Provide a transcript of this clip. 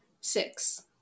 Six